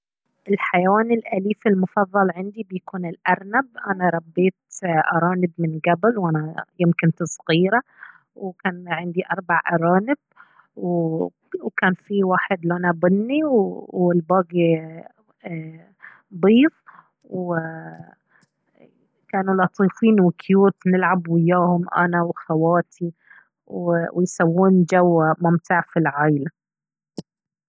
الحيوان الأليف المفضل عندي بيكون الأرنب أنا ربيت أرانب من قبل وأنا يوم كنت صغيرة وكان عندي أربع أرانب وكان فيه واحد لونه بني والباقي بيض وكانوا لطيفين وكيوت نلعب وياهم أنا وخواتي ويسوون جو ممتعةفي العائلة.